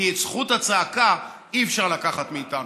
כי את זכות הצעקה אי-אפשר לקחת מאיתנו.